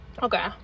Okay